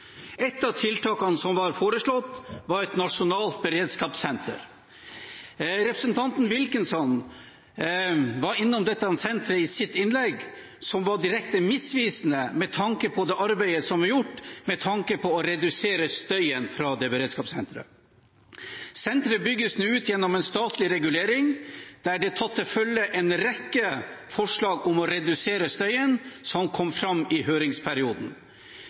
av tiltakene som var foreslått, var et nasjonalt beredskapssenter. Representanten Wilkinson var innom dette senteret i sitt innlegg, som var direkte misvisende med tanke på det arbeidet som er gjort for å redusere støyen fra det beredskapssenteret. Senteret bygges nå ut gjennom en statlig regulering der det er tatt til følge en rekke forslag om å redusere støyen, som kom fram i høringsperioden.